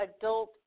adult